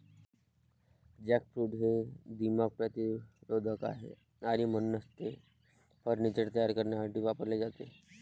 jackfruit हे दीमक प्रतिरोधक आहे आणि म्हणूनच ते फर्निचर तयार करण्यासाठी वापरले जाते